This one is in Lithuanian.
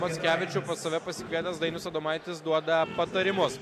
mackevičių pas save pasikvietęs dainius adomaitis duoda patarimus